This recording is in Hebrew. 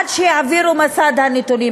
עד שיעבירו את מסד הנתונים,